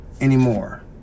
Anymore